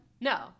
No